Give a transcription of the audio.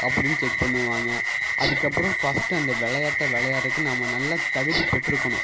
அப்படின்னு செக் பண்ணுவாங்க அதுக்கப்புறம் ஃபஸ்ட்டு அந்த விளையாட்ட விளையாட்றக்கு நாம் நல்லா தகுதி பெற்றுக்கணும்